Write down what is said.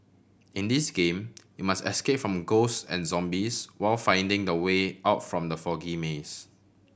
in this game you must escape from ghost and zombies while finding the way out from the foggy maze